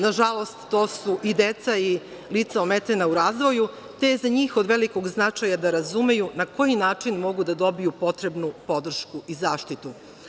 Nažalost, to su i deca i lica ometena u razvoju, te je od njih od velikog značaja da razumeju na koji način mogu da dobiju potrebnu podršku i zaštitu.